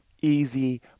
easy